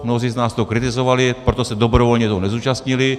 Mnozí z nás to kritizovali, proto se dobrovolně toho nezúčastnili.